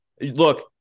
Look